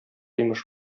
имеш